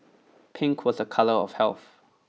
pink was a colour of health